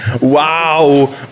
wow